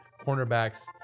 cornerbacks